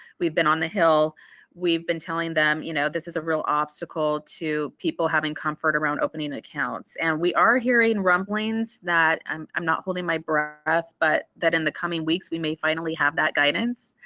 we've been on the hill we've been telling them you know this is a real obstacle to people having comfort around opening accounts and we are hearing rumblings that um i'm not holding my breath but that in the coming weeks we may finally have that guidance